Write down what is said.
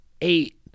eight